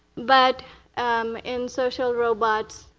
but in social robots,